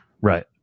right